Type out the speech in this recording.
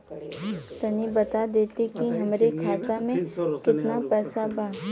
तनि बता देती की हमरे खाता में कितना पैसा बा?